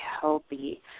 healthy